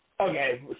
Okay